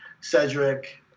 Cedric